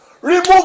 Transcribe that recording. Remove